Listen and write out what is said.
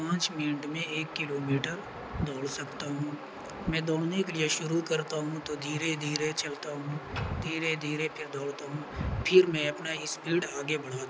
پانچ منٹ میں ایک کلو میٹر دوڑ سکتا ہوں میں دوڑنے کے لیے شروع کرتا ہوں تو دھیرے دھیرے چلتا ہوں دھیرے دھیرے پھر دوڑتا ہوں پھر میں اپنا اسپیڈ آگے بڑھاتا ہوں